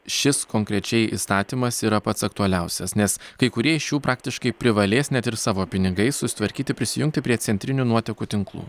šis konkrečiai įstatymas yra pats aktualiausias nes kai kurie iš jų praktiškai privalės net ir savo pinigais susitvarkyti prisijungti prie centrinių nuotekų tinklų